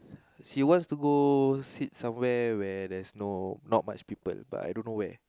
she wants to go sit somewhere where there's no not much people but I don't know where